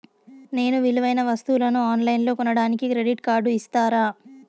నేను విలువైన వస్తువులను ఆన్ లైన్లో కొనడానికి క్రెడిట్ కార్డు ఇస్తారా?